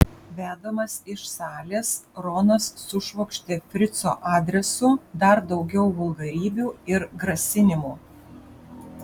vedamas iš salės ronas sušvokštė frico adresu dar daugiau vulgarybių ir grasinimų